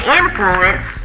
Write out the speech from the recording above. influence